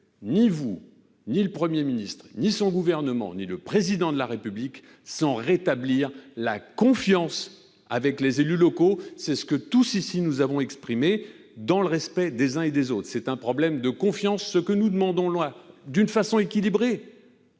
ni vous, ni le Premier ministre, ni son gouvernement, ni le Président de la République, sans rétablir la confiance avec les élus locaux. C'est ce que tous ici nous avons exprimé dans le respect des uns et des autres ! Parce que c'est un problème de confiance qui est en cause,